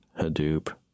Hadoop